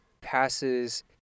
passes